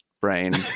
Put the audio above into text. brain